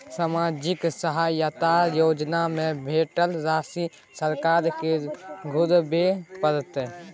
सामाजिक सहायता योजना में भेटल राशि सरकार के घुराबै परतै?